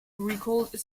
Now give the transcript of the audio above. recalled